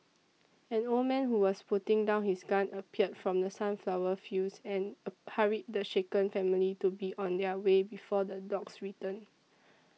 an old man who was putting down his gun appeared from the sunflower fields and hurried the shaken family to be on their way before the dogs return